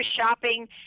shopping